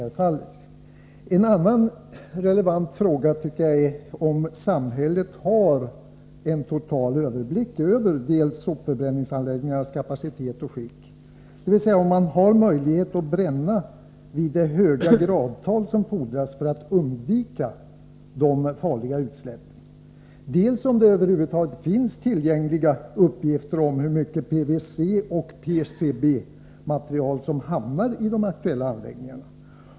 Ett par andra relevanta frågor tycker jag är dels om samhället har en total överblick över sopförbränningsanläggningarnas kapacitet och skick — dvs. om det där finns möjlighet att bränna vid det höga gradtal som fordras för att man skall undvika de farliga utsläppen —, dels om det över huvud taget finns tillgängliga uppgifter om hur mycket PVC och PCB-material som hamnar i de aktuella anläggningarna.